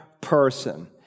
person